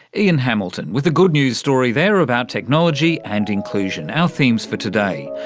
ian hamilton, with a good news story there about technology and inclusion our themes for today.